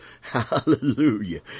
hallelujah